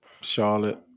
Charlotte